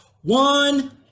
One